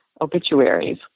obituaries